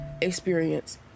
experience